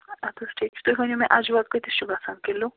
اَدٕ حظ ٹھیٖک چھُ تُہۍ ؤنِو مےٚ اجوا کۭتِس چھِ گژھان کِلوٗ